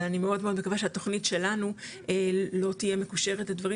אבל אני מאד מאוד מקווה שהתוכנית שלנו לא תהיה מקושרת לדברים